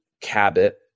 Cabot